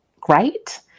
great